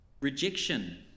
rejection